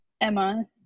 Emma